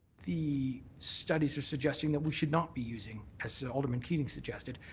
the studies are suggesting that we should not be using as so alderman competing suggested,